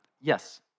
yes